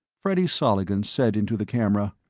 freddy soligen said into the camera,